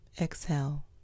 exhale